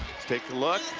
take a look